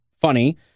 funny